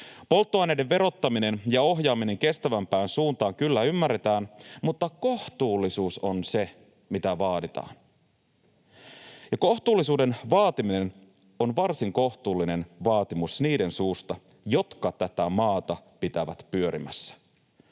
Polttoaineiden verottaminen ja ohjaaminen kestävämpään suuntaan kyllä ymmärretään, mutta kohtuullisuus on se, mitä vaaditaan. Ja kohtuullisuuden vaatiminen on varsin kohtuullinen vaatimus niiden suusta, jotka tätä maata pitävät pyörimässä.